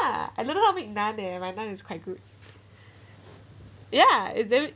ya I know how to make naan leh my naan is quite good ya it